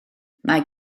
mae